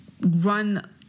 run